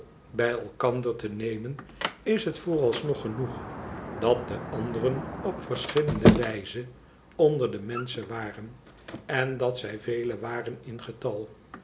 bij elkander te nemen is het vooralsnog genoeg dat de anderen op verschillende wijzen onder de menschen waren en dat zij velen waren in getal